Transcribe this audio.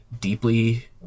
deeply